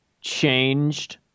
changed